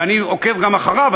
ואני עוקב גם אחריו.